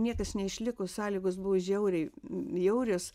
niekas neišliko sąlygos buvo žiauriai bjaurios